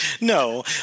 No